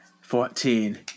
Fourteen